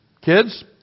Kids